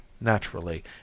naturally